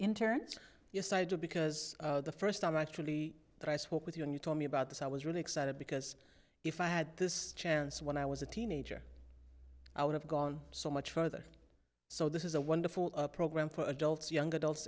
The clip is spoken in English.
interns you cited to because the first time actually that i spoke with you and you told me about this i was really excited because if i had this chance when i was a teenager i would have gone so much further so this is a wonderful program for adults young adults